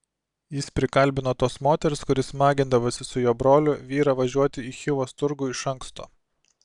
jis prikalbino tos moters kuri smagindavosi su jo broliu vyrą važiuoti į chivos turgų iš anksto